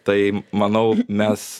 tai manau mes